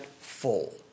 full